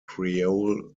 creole